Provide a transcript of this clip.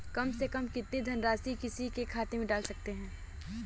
कम से कम कितनी धनराशि किसी के खाते में डाल सकते हैं?